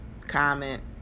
comment